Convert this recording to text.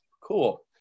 cool